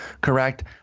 correct